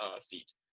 seat